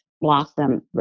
blossom